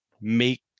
make